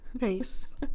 nice